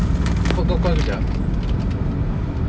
kau buat buat kejap eh bunyi apa tu alarm